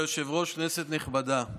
כבוד היושב-ראש, כנסת נכבדה,